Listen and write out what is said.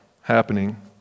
happening